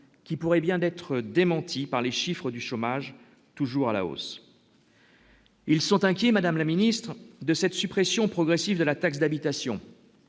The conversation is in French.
qui pourrait bien d'être démenti par les chiffres du chômage toujours à la hausse. Ils sont inquiets, Madame la Ministre, de cette suppression progressive de la taxe d'habitation